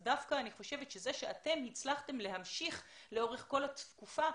אני חושבת שזה שאתם הצלחתם להמשיך לאורך כל התקופה,